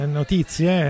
notizie